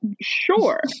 sure